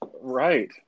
Right